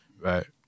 right